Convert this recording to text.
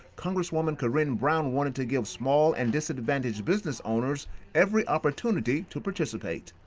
congresswoman corrine brown wanted to give small and disadvantaged business owners every opportunity to participate.